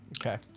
Okay